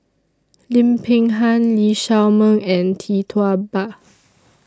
Lim Peng Han Lee Shao Meng and Tee Tua Ba